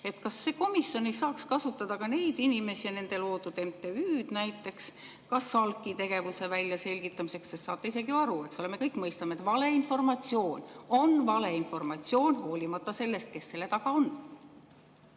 Kas see komisjon ei saaks kasutada ka neid inimesi ja nende loodud MTÜ-d SALK-i tegevuse väljaselgitamiseks, sest saate isegi ju aru – me kõik mõistame –, et valeinformatsioon on valeinformatsioon, hoolimata sellest, kes selle taga on?